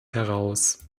heraus